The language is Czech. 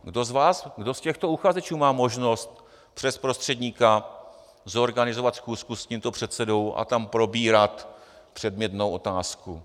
Kdo z vás, kdo z těchto uchazečů má možnost přes prostředníka zorganizovat schůzku s tímto předsedou a tam probírat předmětnou otázku?